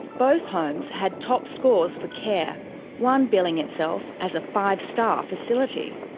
both homes had top scores for care one billing itself as a five-star facility.